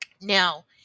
Now